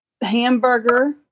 hamburger